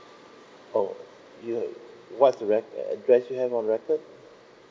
oh you don't what's you have uh that's you have on record